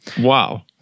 Wow